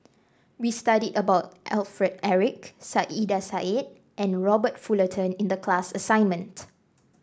we studied about Alfred Eric Saiedah Said and Robert Fullerton in the class assignment